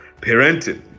Parenting